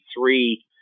three